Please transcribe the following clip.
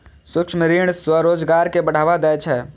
सूक्ष्म ऋण स्वरोजगार कें बढ़ावा दै छै